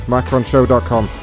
MacronShow.com